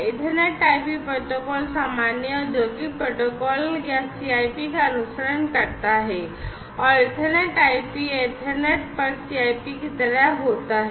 Ethernet IP protocol सामान्य औद्योगिक protocol या CIP का अनुसरण करता है और ईथरनेट IP ईथरनेट पर CIP की तरह होता है